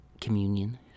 communion